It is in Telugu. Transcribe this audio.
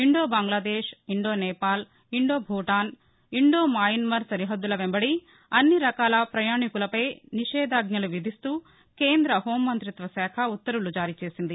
Indo Bangladesh Indo Nepal Indo Bhutan Indo Myanmar సరిహద్దుల వెంబడి అన్ని రకాల ప్రయాణికులపై నిషేదాజ్జలు విధిస్తూ కేంద్ర హెూంమంతిత్వశాఖ ఉత్తర్వులు జారీ చేసింది